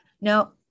Now